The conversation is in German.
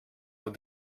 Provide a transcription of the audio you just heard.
auf